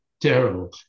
terrible